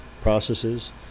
processes